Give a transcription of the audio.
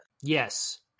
Yes